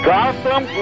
Gotham